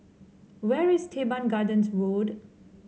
where is Teban Gardens Road